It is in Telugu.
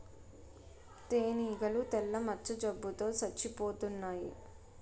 తేనీగలు తెల్ల మచ్చ జబ్బు తో సచ్చిపోతన్నాయి